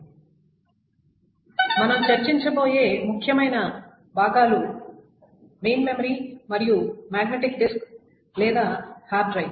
కాబట్టి మనం చర్చించబోయే ముఖ్యమైన భాగాలు మెయిన్ మెమరీ మరియు మాగ్నెటిక్ డిస్క్ లేదా హార్డ్ డ్రైవ్